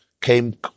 came